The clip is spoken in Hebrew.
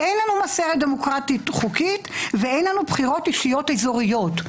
אין לנו מסורת דמוקרטית חוקית ואין לנו בחירות אישיות אזוריות.